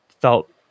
felt